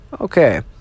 Okay